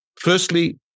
Firstly